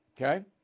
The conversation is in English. okay